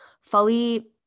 fully